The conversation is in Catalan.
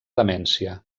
demència